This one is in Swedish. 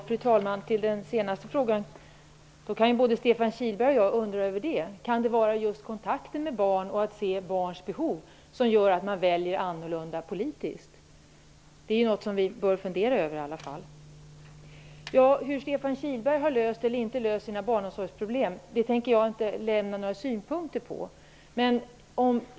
Fru talman! Jag skall kommentera den senaste frågan. Både Stefan Kihlberg och jag bör fundera över om det är hur man ser på kontakten med barnen och på deras behov som gör att man väljer annorlunda politiskt. Hur Stefan Kihlberg har löst eller inte löst sina barnomsorgsproblem tänker jag inte lämna några synpunkter på.